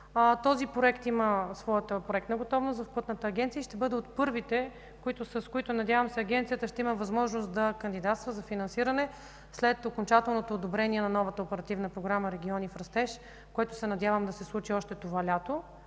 този проект има своята проектна готовност в Пътната агенция и ще бъде от първите, с които, надявам се, Агенцията ще има възможност да кандидатства за финансиране след окончателното одобрение на новата Оперативна програма „Региони в растеж”, което се надявам да се случи още това лято,